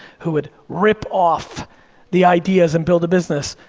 who would rip off the ideas and build a business.